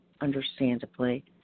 understandably